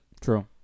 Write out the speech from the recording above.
True